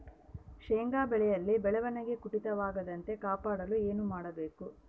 ಶೇಂಗಾ ಬೆಳೆಯಲ್ಲಿ ಬೆಳವಣಿಗೆ ಕುಂಠಿತವಾಗದಂತೆ ಕಾಪಾಡಲು ಏನು ಮಾಡಬೇಕು?